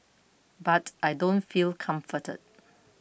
but I don't feel comforted